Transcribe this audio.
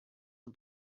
for